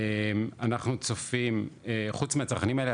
אנחנו צופים חוץ מהצרכנים האלה,